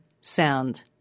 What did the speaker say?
sound